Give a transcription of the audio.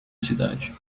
cidade